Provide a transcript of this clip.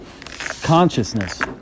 consciousness